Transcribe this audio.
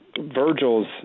Virgil's